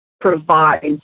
provides